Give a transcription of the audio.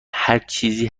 هرچیزی